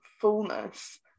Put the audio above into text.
fullness